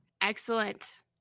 Excellent